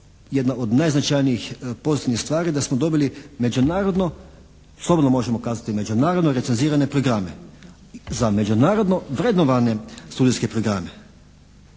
jedna od najznačajnijih pozitivnih stvari da smo dobili međunarodno recenzirane programe za međunarodno vrednovane studentske programe